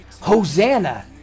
Hosanna